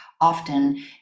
often